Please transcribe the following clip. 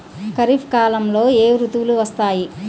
ఖరిఫ్ కాలంలో ఏ ఋతువులు వస్తాయి?